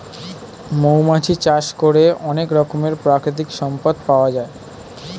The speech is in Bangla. মৌমাছি চাষ করে অনেক রকমের প্রাকৃতিক সম্পদ পাওয়া যায়